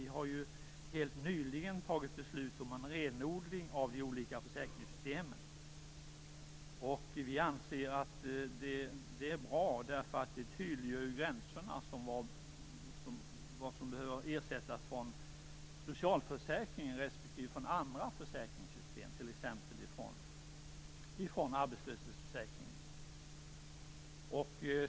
Vi har ju helt nyligen fattat beslut om en renodling av de olika försäkringssystemen. Vi anser att det är bra, eftersom det tydliggör gränserna för vad som bör ersättas från socialförsäkringen respektive från andra försäkringssystem, t.ex. arbetslöshetsförsäkringen.